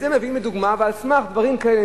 את זה מביאים לדוגמה ועל סמך דברים כאלה,